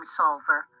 solver